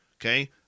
okay